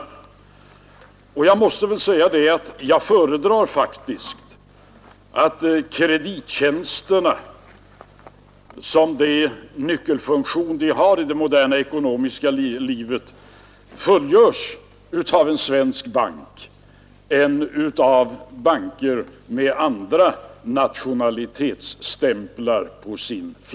Jag måste säga att jag föredrar att kredittjänsterna — med den nyckelfunktion de har i det moderna ekonomiska livet — fullgörs av en svensk bank i stället för av banker med andra nationalitetsstämplar.